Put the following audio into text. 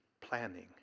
planning